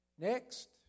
Next